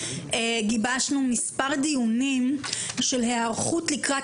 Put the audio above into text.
גיבשנו מספר דיונים של היערכות לקראת